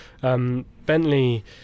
Bentley